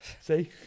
See